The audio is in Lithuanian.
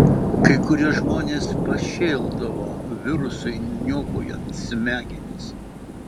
kai kurie žmonės pašėldavo virusui niokojant smegenis